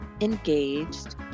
engaged